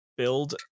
build